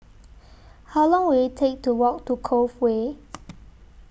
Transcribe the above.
How Long Will IT Take to Walk to Cove Way